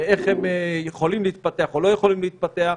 ואיך הם יכולים להתפתח או לא יכולים להתפתח,